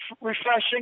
refreshing